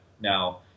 now